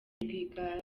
rwigara